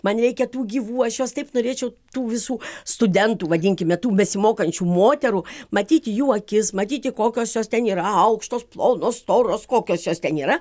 man reikia tų gyvų aš juos taip norėčiau tų visų studentų vadinkime tų besimokančių moterų matyti jų akis matyti kokios jos ten yra aukštos plonos storos kokios jos ten yra